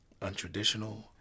untraditional